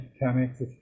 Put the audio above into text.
mechanics